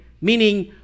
meaning